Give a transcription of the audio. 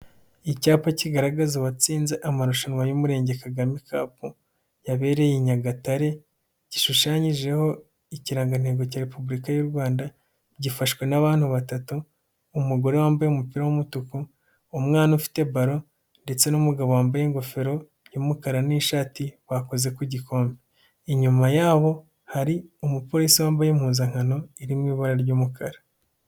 Icyapa kigaragaza uwatsinze amarushanwa y'Umurenge Kagame kapu. Yabereye i Nyagatare, gishushanyijeho ikirangantego cya Repubulika y'u Rwanda. Gifashwe n'abantu batatu: umugore wambaye umupira w'umutuku, umwana ufite baro ndetse n'umugabo wambaye ingofero y'umukara n'ishati, bakoze ku gikombe. Inyuma yabo hari umupolisi wambaye impuzankano, iri mu ibara ry'umukara.